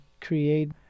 create